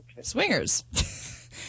swingers